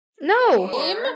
No